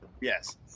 Yes